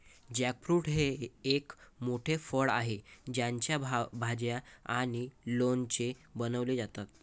jackfruit हे एक मोठे फळ आहे ज्याच्या भाज्या आणि लोणचे बनवले जातात